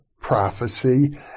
Prophecy